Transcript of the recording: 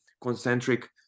concentric